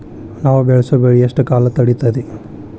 ನಾವು ಬೆಳಸೋ ಬೆಳಿ ಎಷ್ಟು ಕಾಲ ತಡೇತೇತಿ?